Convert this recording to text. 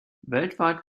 weltweit